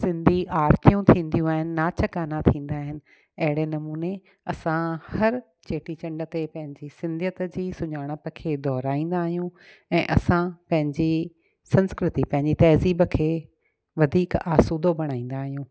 सिंधी आरितियूं थींदियूं आहिनि नाच गाना थींदा आहिनि अहिड़े नमूने असां हर चेटीचंड ते पंहिंजी सिंधियत जी सुञाणप खे दौहराईंदा आहियूं ऐं असां पंहिंजी संस्कृति पंहिंजी तहज़ीब खे वधीक आसूदो बणाईंदा आहियूं